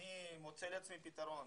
הם מענישים את הציבור.